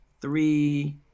three